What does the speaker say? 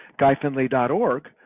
GuyFinley.org